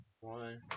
one